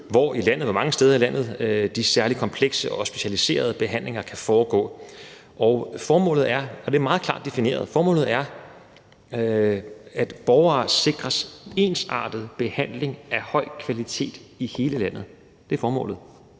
hvor i landet og hvor mange steder i landet de særlig komplekse og specialiserede behandlinger kan foregå. Formålet er meget klart defineret, og det er, at borgere sikres ensartet behandling af høj kvalitet i hele landet. Det er formålet.